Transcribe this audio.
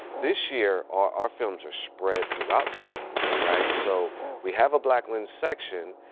this year our our films are spread throughout the booklet, right? so we have a black lens section,